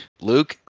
Luke